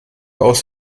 aus